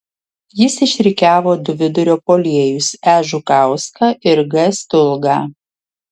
jis išrikiavo du vidurio puolėjus e žukauską ir g stulgą